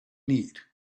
need